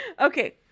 Okay